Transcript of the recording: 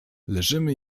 leżymy